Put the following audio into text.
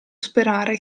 sperare